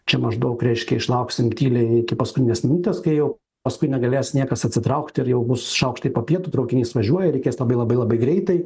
čia maždaug reiškia išlauksim tyliai iki paskutinės minutės kai jau paskui negalės niekas atsitraukti ir jau bus šaukštai popiet traukinys važiuoja reikės labai labai labai greitai